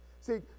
See